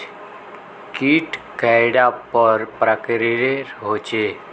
कीट कैडा पर प्रकारेर होचे?